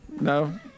No